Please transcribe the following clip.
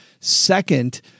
second